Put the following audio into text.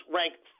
ranked